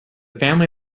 family